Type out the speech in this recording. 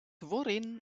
worin